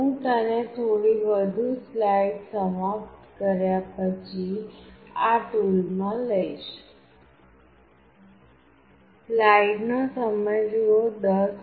હું તેને થોડી વધુ સ્લાઇડ સમાપ્ત કર્યા પછી આ ટૂલમાં લઈશ